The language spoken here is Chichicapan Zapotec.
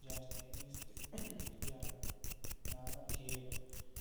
Dxiáa shtéen este, láh náha guébah